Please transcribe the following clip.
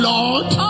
Lord